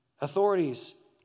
Authorities